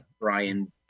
Brian